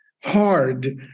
hard